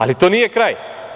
Ali, to nije kraj.